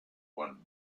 one